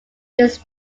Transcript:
this